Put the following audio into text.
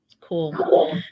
Cool